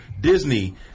Disney